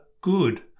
good